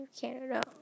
Canada